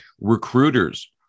Recruiters